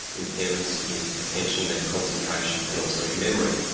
impairments in attention, then concentration and also in memory.